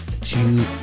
two